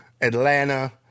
Atlanta